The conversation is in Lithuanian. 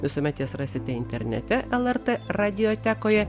visuomet jas rasite internete lrt radiotekoje